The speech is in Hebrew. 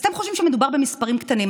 אתם חושבים שמדובר במספרים קטנים,